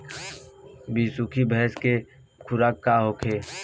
बिसुखी भैंस के खुराक का होखे?